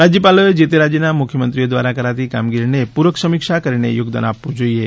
રાજ્યપાલોએ જે તે રાજ્યોના મુખ્યમંત્રીઓ દ્વારા કરાતી કામગીરીને પૂરક સમીક્ષા કરીને યોગદાન આપવું જોઈએ